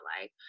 life